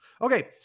Okay